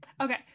Okay